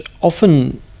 often